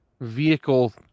vehicle